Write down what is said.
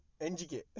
NGK